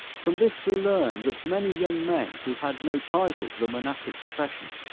from this we learn that many young men who had no title to the monastic profession,